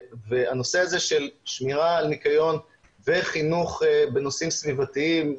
והנושא הזה של שמירה על ניקיון וחינוך בנושאים סביבתיים,